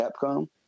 Capcom